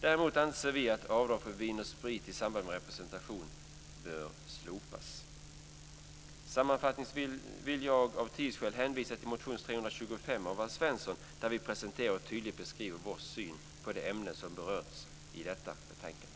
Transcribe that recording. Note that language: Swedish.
Däremot anser vi att avdrag för vin och sprit i samband med representation bör slopas. Sammanfattningsvis vill jag av tidsskäl hänvisa till motion 325 av Alf Svensson där vi presenterar och tydligt beskriver vår syn på det ämne som berörs i detta betänkande.